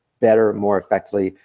better, more effectively,